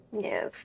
Yes